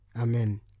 Amen